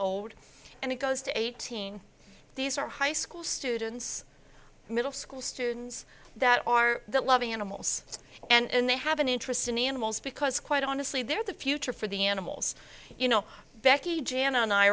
old and it goes to eighteen these are high school students middle school students that are loving animals and they have an interest in animals because quite honestly they're the future for the animals you know becky jan and i